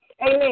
Amen